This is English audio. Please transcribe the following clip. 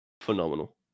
Phenomenal